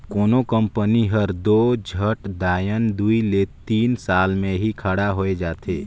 कोनो कंपनी हर दो झट दाएन दुई ले तीन साल में ही खड़ा होए जाथे